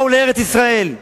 באו לארץ-ישראל.